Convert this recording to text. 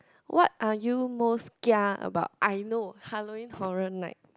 what are you most kia about I know Halloween Horror Night